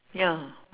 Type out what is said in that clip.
ya